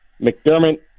McDermott